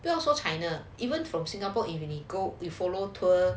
不用说 china even from singapore if you go you follow tour